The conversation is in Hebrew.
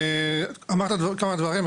אמרת כמה דברים,